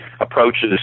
approaches